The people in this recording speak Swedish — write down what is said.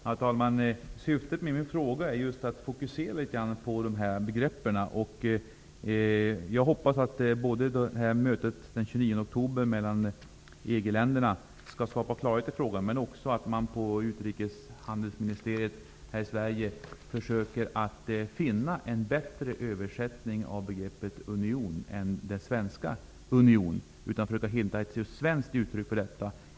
Herr talman! Syftet med min fråga är att fokusera på dessa begrepp. Jag hoppas både att toppmötet den 29 oktober mellan EG-länderna skall skapa klarhet i frågan och att man på utrikeshandelsministeriet i Sverige försöker finna en bättre översättning av begreppet union än det svenska union. Försök att hitta ett svenskt uttryck för detta.